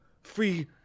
Free